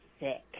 sick